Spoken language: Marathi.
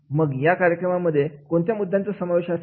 मग या कार्यक्रमांमध्ये कोणत्या मुद्द्यांचा समावेश असेल